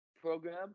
program